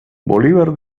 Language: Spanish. bolívar